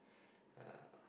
uh